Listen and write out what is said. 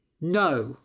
No